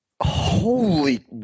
Holy